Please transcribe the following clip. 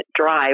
drive